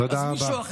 תודה רבה.